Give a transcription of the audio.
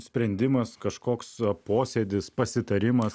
sprendimas kažkoks posėdis pasitarimas